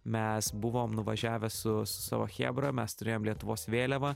mes buvom nuvažiavę su su savo chebra mes turėjom lietuvos vėliavą